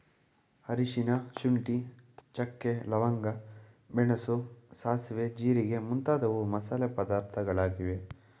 ಅರಿಶಿನ, ಶುಂಠಿ, ಚಕ್ಕೆ, ಲವಂಗ, ಮೆಣಸು, ಸಾಸುವೆ, ಜೀರಿಗೆ ಮುಂತಾದವು ಮಸಾಲೆ ಪದಾರ್ಥಗಳಾಗಿವೆ